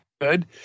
good